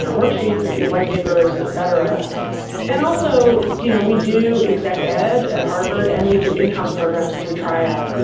yeah worksheets, a few white papers, etc. and also, you know we do exec ed at harvard and we do in house programs through triad,